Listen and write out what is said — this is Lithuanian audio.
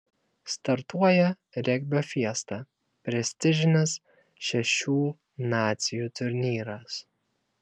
startuoja regbio fiesta prestižinis šešių nacijų turnyras